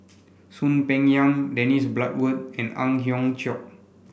Soon Peng Yam Dennis Bloodworth and Ang Hiong Chiok